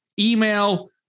email